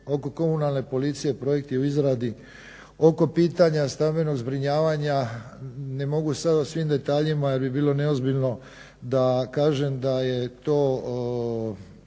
oko komunalne policije projekt je u izradi, oko pitanja stambenog zbrinjavanja. Ne mogu sada o svim detaljima jer bi bilo neozbiljno da kažem da je to